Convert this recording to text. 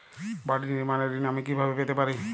বাড়ি নির্মাণের ঋণ আমি কিভাবে পেতে পারি?